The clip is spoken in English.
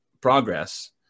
progress